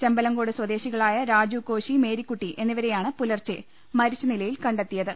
ചെമ്പലംകോട് സ്വദേശികളായ രാജുകോശി മേരിക്കുട്ടി എന്നിവരെയാണ് പുലർച്ചെ മരിച്ചനില യിൽ കണ്ടെത്തിയത്